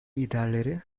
liderleri